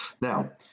Now